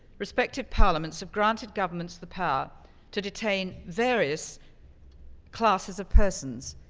respective parliaments have granted governments the power to detain various classes of persons.